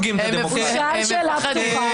מכירים את זה שבוועדה הזאת יש תרבות דיבור.